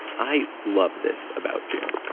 i love this about jim.